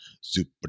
super